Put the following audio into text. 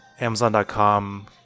amazon.com